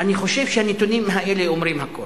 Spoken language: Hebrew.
אני חושב שהנתונים האלה אומרים הכול.